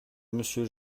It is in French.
monsieur